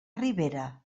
ribera